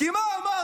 כי מה אמרת?